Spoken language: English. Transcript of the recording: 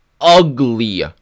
ugly